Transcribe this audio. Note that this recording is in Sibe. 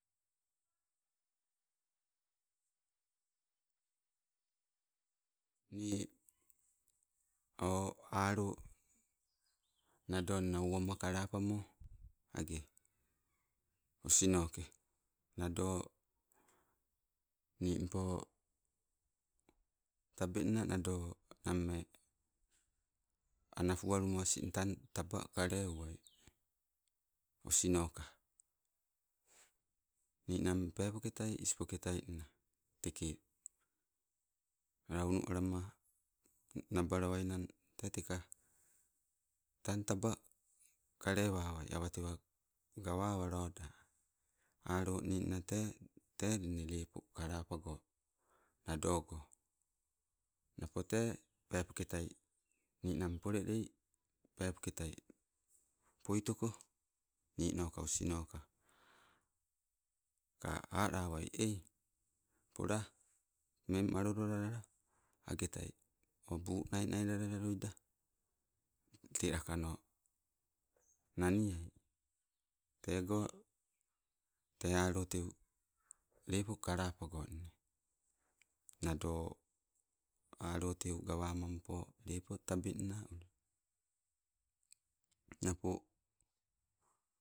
Nii o alo, nadoonna owama kalapamo gee osinoke. Nado nimpo tabeng na nado name anapualuma asing tang taba kaleuwai. Osinoka, ninang peepoketai ispoketai nna teke launualama nabalawainan e teka tang, taba kale wawai, awatewa gawawaloda. Alo ninna tee nne lepo kalapago nado go. Napo tee pepoketai ninang polelei, peepoketai poitoko, ninoka osnaka, ka alwai ai, pola mmeng malololala agetai o uu nainai laladoila, tee lakano naniai, tego te alo tea, lepo kalapaggo nne. Nado alo teu gawamampo lepo tabengna ule. Napo